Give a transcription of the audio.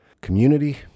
community